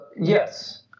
Yes